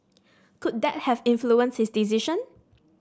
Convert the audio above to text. could that have influenced his decision